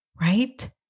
right